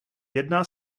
jedná